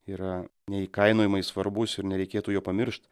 yra neįkainojamai svarbus ir nereikėtų jo pamiršt